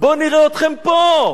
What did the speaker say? בואו נראה אתכם פה,